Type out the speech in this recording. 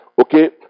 Okay